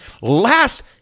last